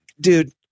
dude